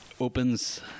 Opens